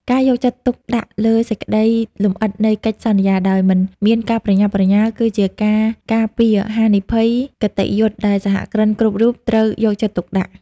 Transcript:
ការយកចិត្តទុកដាក់លើសេចក្ដីលម្អិតនៃកិច្ចសន្យា ដោយមិនមានការប្រញាប់ប្រញាល់ គឺជាការការពារហានិភ័យគតិយុត្តិដែលសហគ្រិនគ្រប់រូបត្រូវយកចិត្តទុកដាក់។